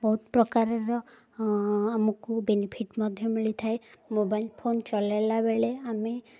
ବହୁତ ପ୍ରକାରର ଆମକୁ ବେନିଫିଟ୍ ମଧ୍ୟ ମିଳିଥାଏ ମୋବାଇଲ୍ ଫୋନ୍ ଚଲେଇଲା ବେଳେ ଆମେ